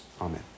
Amen